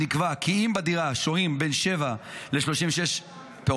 נקבע כי אם בדירה שוהים בין שבעה ל-36 פעוטות,